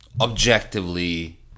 objectively